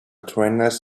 trainers